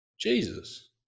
Jesus